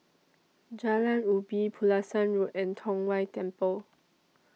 Jalan Ubi Pulasan Road and Tong Whye Temple